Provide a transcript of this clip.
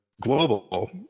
global